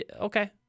Okay